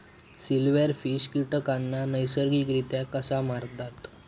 Silverfish कीटकांना नैसर्गिकरित्या कसा मारतत?